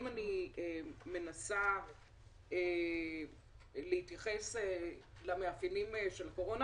אם אני מנסה להתייחס למאפיינים של קורונה,